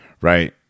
Right